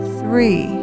three